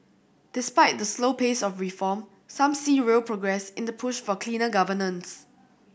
despite the slow pace of reform some see real progress in the push for cleaner governance